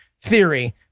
theory